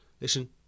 Listen